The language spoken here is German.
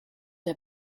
der